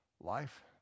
life